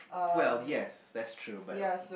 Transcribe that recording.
well yes that's true but